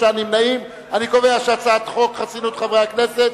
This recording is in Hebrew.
חוק חסינות חברי הכנסת,